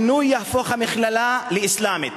המינוי יהפוך את המכללה לאסלאמית,